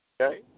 okay